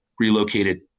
relocated